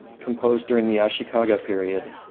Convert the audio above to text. composed during the ashikaga period,